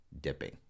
dipping